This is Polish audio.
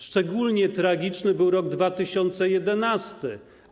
Szczególnie tragiczny był rok 2011.